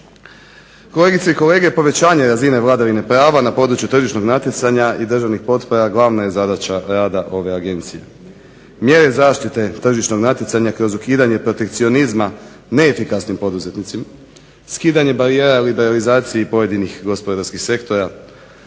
Kolegice i kolege povećanje razine vladavine prava na području tržišnog natjecanja i državnih potpora glavna je zadaća rada ove agencije. Mjere zaštite tržišnog natjecanja kroz ukidanje protekcionizma neefikasnim poduzetnicima, skidanje barijera liberalizacije pojedinih gospodarskih sektora